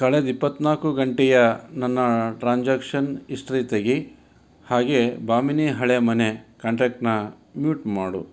ಕಳೆದ ಇಪ್ಪತ್ತನಾಲ್ಕು ಗಂಟೆಯ ನನ್ನ ಟ್ರಾನ್ಸಾಕ್ಷನ್ ಇಸ್ಟ್ರಿ ತೆಗೆ ಹಾಗೇ ಬಾಮಿನಿ ಹಳೆಮನೆ ಕಾಂಟ್ಯಾಕ್ಟ್ನ ಮ್ಯೂಟ್ ಮಾಡು